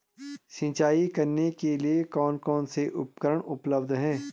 सिंचाई करने के लिए कौन कौन से उपकरण उपलब्ध हैं?